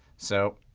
so